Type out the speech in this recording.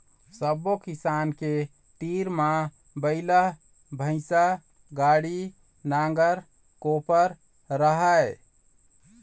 सब्बो किसान के तीर म बइला, भइसा, गाड़ी, नांगर, कोपर राहय